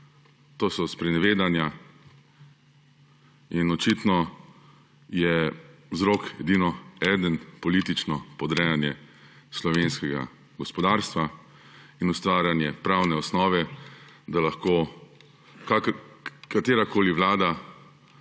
to so sprenevedanja. Očitno je vzrok edino eden – politično podrejanje slovenskega gospodarstva in ustvarjanje pravne osnove, da lahko katerakoli vlada